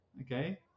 okay